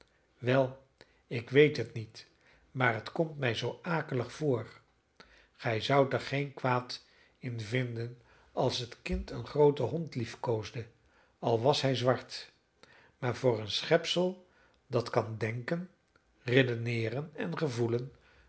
wel ik weet het niet maar het komt mij zoo akelig voor gij zoudt er geen kwaad in vinden als het kind een grooten hond liefkoosde al was hij zwart maar voor een schepsel dat kan denken redeneeren en gevoelen